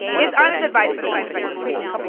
it's honest advice for the side effects of life.